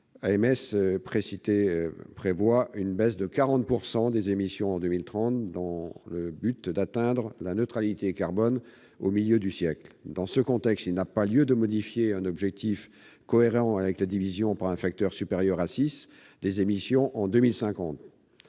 prévoit une baisse de 40 % des émissions en 2030, dans le but d'atteindre la neutralité carbone au milieu du siècle. Dans ce contexte, il n'y a pas lieu de modifier un objectif cohérent avec la division « par un facteur supérieur à 6 » des émissions en 2050.